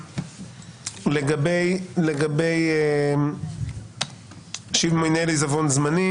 לגבי מנהל עיזבון זמני